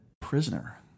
prisoner